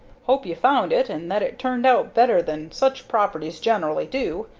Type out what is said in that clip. hope you found it and that it turned out better than such properties generally do.